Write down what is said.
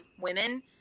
women